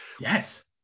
yes